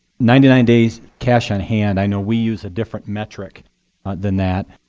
ninety nine days cash on hand i know we use a different metric than that.